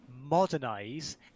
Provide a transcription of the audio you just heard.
modernize